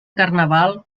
carnaval